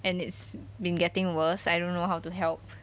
and it's been getting worse I don't know how to help